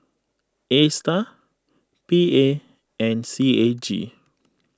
A Star P A and C A G